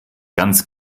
ganz